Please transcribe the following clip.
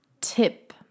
tip